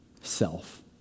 Self